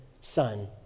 son